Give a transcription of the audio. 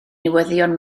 newyddion